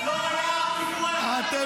לא היה אף --- אחד.